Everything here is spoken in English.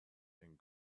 and